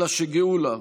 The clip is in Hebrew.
אלא שגאולה,